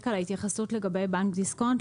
להתייחסות גבי בנק דיסקונט,